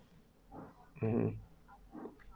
mmhmm